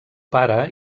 pare